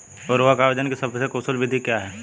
उर्वरक आवेदन की सबसे कुशल विधि क्या है?